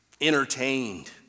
entertained